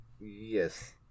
Yes